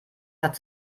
hat